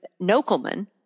Nokelman